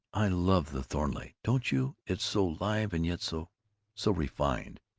i love the thornleigh, don't you? it's so live and yet so so refined.